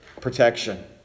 protection